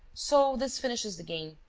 so this finishes the game.